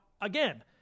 again